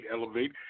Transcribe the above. elevate